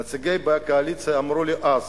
נציגי הקואליציה אמרו לי אז